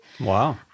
Wow